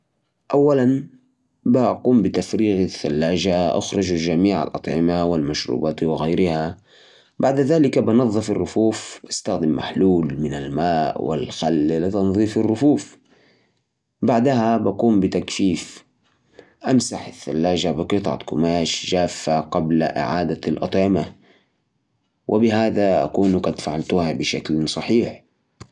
عشان تنظف الثلاجة، أول شي، طفيها وإفرغ كل المحتويات. بعدين، استخدم خليط من موية دافئة و خل. وامسح الأرفف والجدران بقطعه قماش. لو في بقعة صعبة، يمكن تستخدم صودا خبز. بعد ما تخلص، نظف الأدراج وحط كل شيء مرتب. ورجع الثلاجة للكهرباء. تأكد إنك تتخلص من كل الأكل المنتهي. وبس.